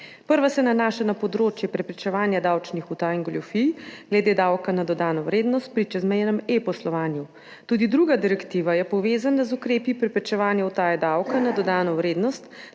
Prva se nanaša na področje preprečevanja davčnih utaj in goljufij glede davka na dodano vrednost pri čezmejnem e-poslovanju. Tudi druga direktiva je povezana z ukrepi preprečevanja utaje davka na dodano vrednost